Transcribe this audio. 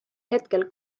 hetkel